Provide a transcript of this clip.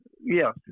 Yes